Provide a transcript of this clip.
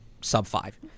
sub-five